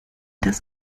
das